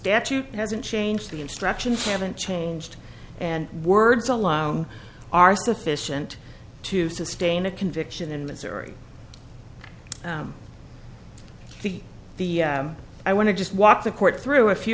statute hasn't changed the instructions haven't changed and words alone are sufficient to sustain a conviction in missouri the the i want to just walk the court through a few